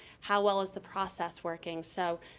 how well is the process working. so,